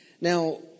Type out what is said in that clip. Now